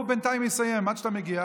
הוא יסיים בינתיים, עד שאתה תגיע.